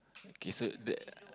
okay so that